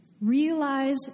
realize